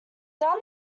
down